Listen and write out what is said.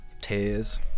tears